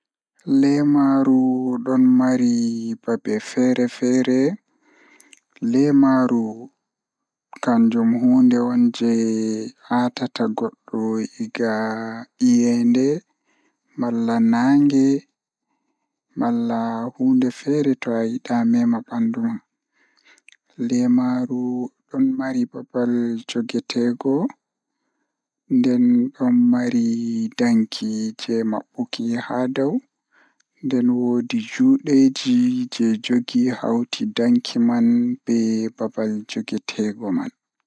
Ko njamaaji goɗɗo ɗum ko ribs, waɗata faggude keɓe sabu sabu rewɓe hoore fiyaangu. Ko njoɓdi goɗɗo ko handle e hoore rewɓe ngal sabu, fiyaangu. Kadi, ko canopy rewɓe sabu sabu sabu njiddaade ko fiyaangu ngal.